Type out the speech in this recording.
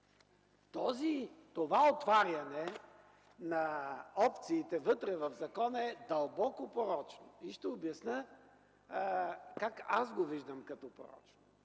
Това отваряне на опциите вътре в закона е дълбоко порочно. Ще обясня как аз го виждам като порочно.